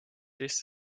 this